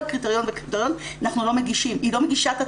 קריטריון וקריטריון היא לא מגישה את עצמה.